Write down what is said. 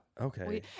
Okay